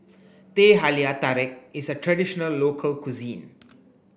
Teh Halia Tarik is a traditional local cuisine